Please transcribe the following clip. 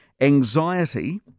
Anxiety